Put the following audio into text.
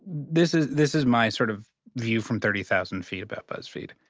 this is this is my sort of view from thirty thousand feet about buzzfeed.